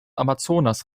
amazonas